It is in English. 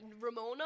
Ramona